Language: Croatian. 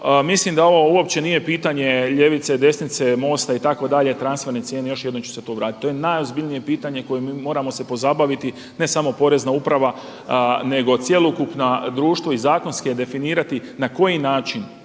mislim da ovo uopće nije pitanje ljevice, desnice, MOST-a itd. transfernoj cijeni, još jednom ću se tu vratiti. To je najozbiljnije pitanje kojim moramo se mi pozabaviti ne samo porezna uprava nego cjelokupna društva i zakonski definirati na koji način.